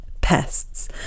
pests